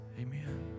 Amen